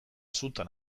sutan